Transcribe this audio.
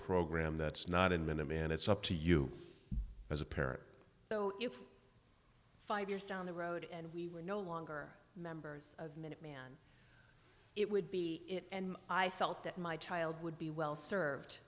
program that's not in minute man it's up to you as a parent so if five years down the road and we were no longer members of minuteman it would be it and i felt that my child would be well served